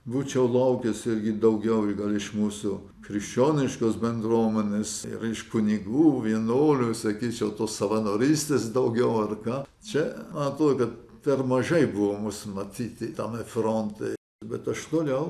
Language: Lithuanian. būčiau laukęs irgi daugiau gal iš mūsų krikščioniškos bendruomenės ir iš kunigų vienuolių sakyčiau tos savanorystės daugiau ar ką čia man atrodo kad per mažai buvo mūsų matyti tame fronte bet aš toliau